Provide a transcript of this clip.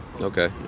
Okay